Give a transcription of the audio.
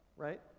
right